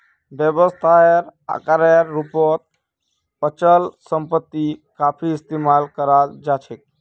व्यवसायेर आकारेर रूपत अचल सम्पत्ति काफी इस्तमाल कराल जा छेक